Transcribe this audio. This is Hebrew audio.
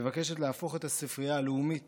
מבקשת להפוך את הספרייה הלאומית